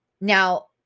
Now